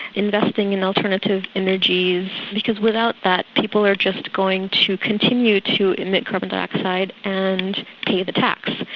investing in alternative energies, because without that, people are just going to continue to emit carbon dioxide and pay the tax.